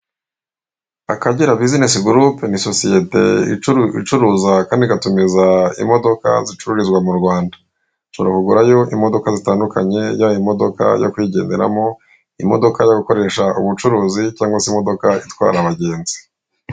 Akagera bizinesi gurupe ni sosiyete icuruza kandi igatumiza imodoka zicururizwa mu Rwanda. Ushobora kugurayo imodoka zitandukanye yaba imodoka yo kwigenderamo, imodoka yo gukoresha ubucuruzi cyangwa se imodoka itwara abagenzi.